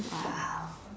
!wow!